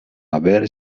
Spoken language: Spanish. haber